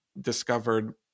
discovered